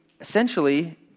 essentially